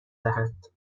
دهند